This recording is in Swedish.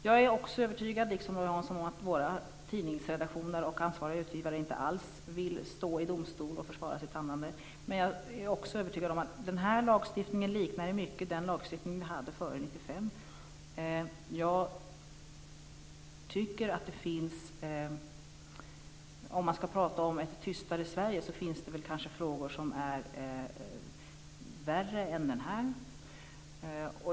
Jag är, liksom Roy Hansson, övertygad om att tidningsredaktioner och ansvariga utgivare inte alls vill stå i domstol och försvara sitt handlande, men jag är också övertygad om att den här lagstiftningen i mycket liknar den lagstiftning vi hade före 1995. Om man skall prata om ett tystare Sverige finns det kanske frågor som är värre än den här.